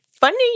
funny